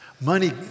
money